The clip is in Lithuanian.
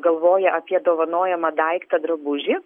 galvoja apie dovanojamą daiktą drabužį